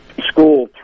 school